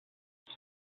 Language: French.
tant